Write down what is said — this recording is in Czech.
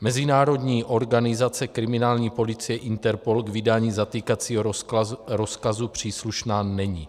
Mezinárodní organizace kriminální policie Interpol k vydání zatýkacího rozkazu příslušná není.